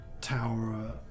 tower